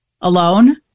alone